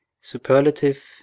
superlative